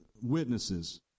witnesses